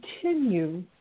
continue